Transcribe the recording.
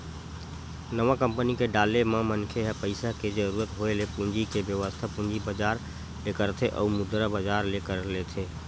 नवा कंपनी के डाले म मनखे ह पइसा के जरुरत होय ले पूंजी के बेवस्था पूंजी बजार ले करथे अउ मुद्रा बजार ले कर लेथे